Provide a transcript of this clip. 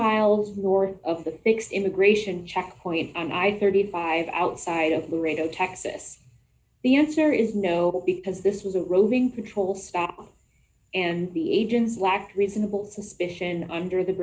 miles north of the fixed immigration checkpoint and i thirty five outside of radio texas the answer is no because this was a roving patrol stop and be agents lacked reasonable suspicion under the